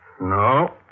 No